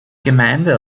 gemeinde